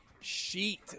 Sheet